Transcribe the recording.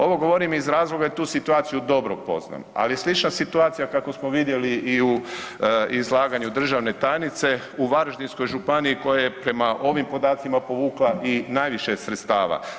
Ovo govorim iz razloga jer tu situaciju dobro poznam ali je slična situacija kako smo vidjeli i u izlaganju državne tajnice u Varaždinskoj županiji koja je prema ovim podacima povukla i najviše sredstava.